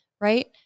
right